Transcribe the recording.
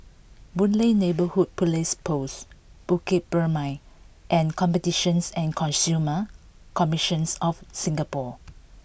Boon Lay Neighbourhood Police Post Bukit Purmei and Competitions and Consumer Commissions of Singapore